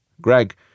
Greg